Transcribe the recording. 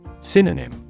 Synonym